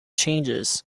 changes